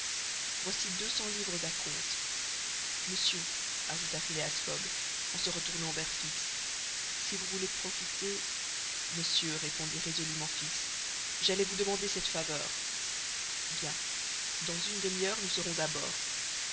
voici deux cents livres à compte monsieur ajouta phileas fogg en se retournant vers fix si vous voulez profiter monsieur répondit résolument fix j'allais vous demander cette faveur bien dans une demi-heure nous serons à bord